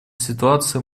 ситуации